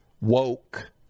woke